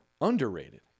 Underrated